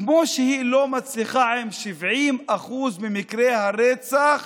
כמו שהיא לא מצליחה עם 70% ממקרי הרצח